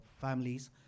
families